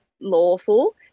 lawful